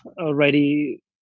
already